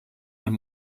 and